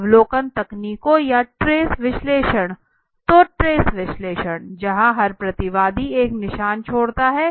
अवलोकन तरीकों या ट्रेस विश्लेषण तो ट्रेस विश्लेषण जहां हर प्रतिवादी एक निशान छोड़ता है